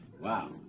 Wow